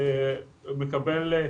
מקבל.